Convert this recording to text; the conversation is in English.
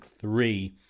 three